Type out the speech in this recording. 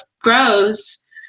grows